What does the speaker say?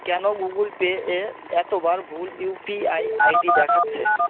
কেন Google Pay এ এতবার ভুল ইউপিআই আইডি দেখাচ্ছে